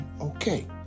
okay